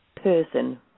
person